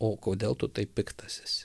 o kodėl tu taip piktas esi